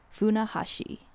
Funahashi